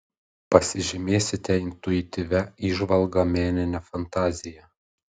pasižymėsite intuityvia įžvalga menine fantazija